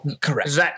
Correct